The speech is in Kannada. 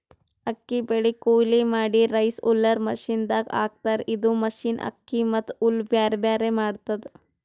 ಅಕ್ಕಿ ಬೆಳಿ ಕೊಯ್ಲಿ ಮಾಡಿ ರೈಸ್ ಹುಲ್ಲರ್ ಮಷಿನದಾಗ್ ಹಾಕ್ತಾರ್ ಇದು ಮಷಿನ್ ಅಕ್ಕಿ ಮತ್ತ್ ಹುಲ್ಲ್ ಬ್ಯಾರ್ಬ್ಯಾರೆ ಮಾಡ್ತದ್